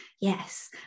yes